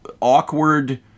awkward